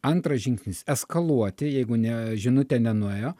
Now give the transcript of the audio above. antras žingsnis eskaluoti jeigu ne žinutė nenuėjo